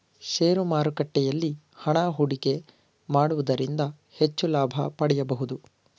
share ಮಾರುಕಟ್ಟೆಯಲ್ಲಿ ಹಣ ಹೂಡಿಕೆ ಮಾಡುವುದರಿಂದ ಹೆಚ್ಚು ಲಾಭ ಪಡೆಯಬಹುದು